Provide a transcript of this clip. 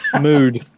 mood